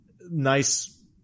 nice